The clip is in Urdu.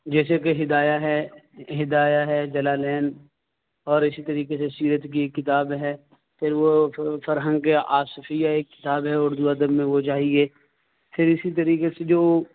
جیسے کہ ہدایہ ہے ہدایہ ہے جلالین اور اسی طریقے سے سیرت کی ایک کتاب ہے پھر وہ فرہنگ آصفیہ ایک کتاب ہے اردو ادب میں وہ چاہیے پھر اسی طریقے سے جو